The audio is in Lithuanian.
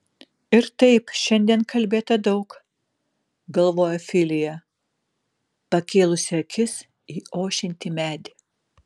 ir taip šiandien kalbėta daug galvojo filija pakėlusi akis į ošiantį medį